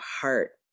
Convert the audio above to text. heart